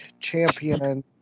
champion